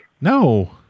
No